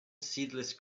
seedless